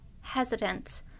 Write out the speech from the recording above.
hesitant